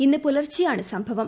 ഇന്ന് പുലർച്ചെയാണ് സംഭവം